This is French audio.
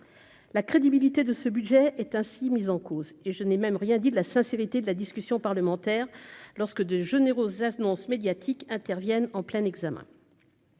la crédibilité de ce budget est ainsi mise en cause et je n'ai même rien dit de la sincérité de la discussion parlementaire lorsque de jeunes héros annonce médiatique interviennent en plein examen